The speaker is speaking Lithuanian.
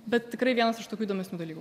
bet tikrai vienas iš tokių įdomesnių dalykų